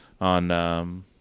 on